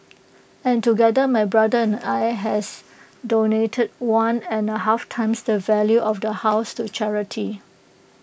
and together my brother and I has donated one and A half times the value of the house to charity